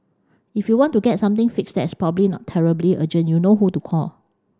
if you want to get something fixed that is probably not terribly urgent you know who to call